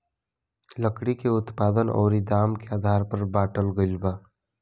लकड़ी के उत्पादन अउरी दाम के आधार पर बाटल गईल बा